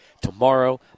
tomorrow